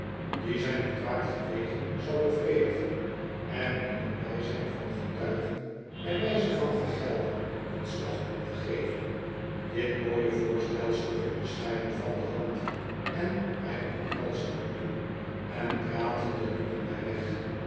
zijn ontwaakt geweten zou bevredigen er in t bijzijn van getuigen bij wijze van vergelding een slag op te geven dit mooie voorstel sloeg ik bescheiden van de hand en hij omhelsde me toen en pratende liepen wij weg